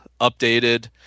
updated